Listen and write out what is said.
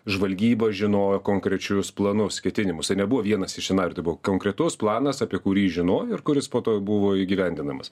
žvalgyba žinojo konkrečius planus ketinimus nebuvo vienas iš įnardybų konkretus planas apie kurį žinojo ir kuris po to buvo įgyvendinamas